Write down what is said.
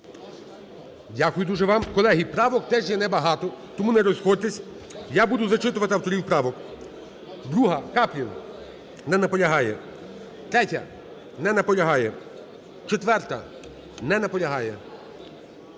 Дякую дуже вам. Колеги, правок теж є небагато, тому не розходьтесь, я буду зачитувати авторів правок. 2-а, Каплін. Не наполягає. 3-я. Не наполягає. 4-а. Не наполягає